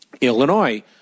Illinois